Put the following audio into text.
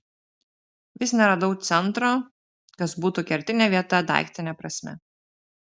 vis neradau centro kas būtų kertinė vieta daiktine prasme